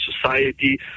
society